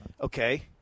Okay